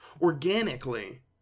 organically